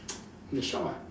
in the shop ah